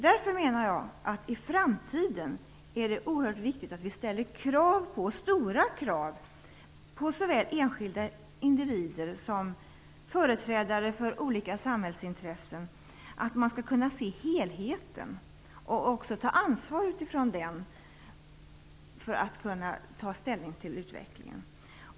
Därför menar jag att det i framtiden är oerhört viktigt att vi kräver av såväl enskilda individer som företrädare för olika samhällsintressen att man skall kunna se helheten och också ta ansvar utifrån den, så att vi kan ta ställning till utvecklingen.